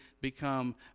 become